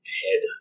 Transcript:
head